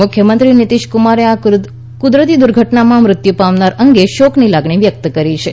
મુખ્યમંત્રી નિતિશ કુમારે આ કુદરતી દુર્ઘટનામાં મૃત્યુ પામનાર અંગે શોકની લાગણી વ્યક્ત કરી છે